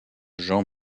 jean